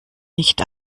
nicht